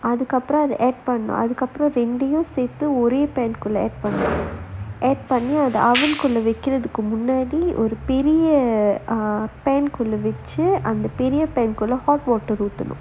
அதுக்கு அப்புறம் அத பண்ணனும் அதுக்கு அப்புறம் ரெண்டையும் சேர்த்து ஒரே உள்ள பண்ணனும் பண்ணி அத வைக்கிறதுக்கு முன்னாடி ஒரு பெரிய வச்சு அந்த பெரிய உள்ள:athukku appuram atha pannanum athukku appuram rendaiyum serthu orae ulla pannanum panni atha vaikkirathu munnaadi oru periya vachu antha periya ulla hot water ஊத்தணும்:oothanum